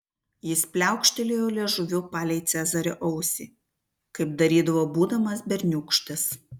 jis pliaukštelėjo liežuviu palei cezario ausį kaip darydavo būdamas berniūkštis